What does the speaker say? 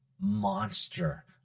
monster